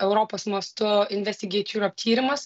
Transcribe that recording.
europos mastu investigeit juroup tyrimas